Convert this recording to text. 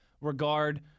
regard